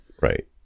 Right